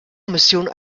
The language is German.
missionen